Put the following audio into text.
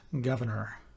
governor